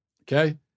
Okay